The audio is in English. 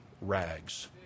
rags